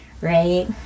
Right